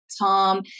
Tom